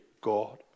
God